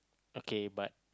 okay but